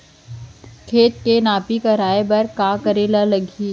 खेत के नापी करवाये बर का करे लागही?